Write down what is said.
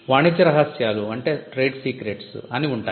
వాణిజ్య రహస్యాలు అని ఉంటాయి